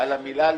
על המילה לאומי.